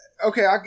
Okay